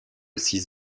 six